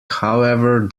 however